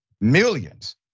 millions